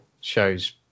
shows